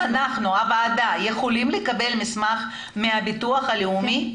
הוועדה יכולה לקבל את המסמך שאת מדברת עליו מהבטוח הלאומי?